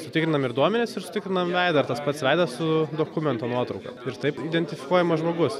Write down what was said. sutikrinam ir duomenis ir sutikrinam veidą ar tas pats veidas su dokumento nuotrauka ir taip identifikuojamas žmogus